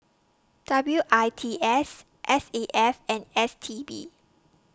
W I T S S A F and S T B